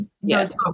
yes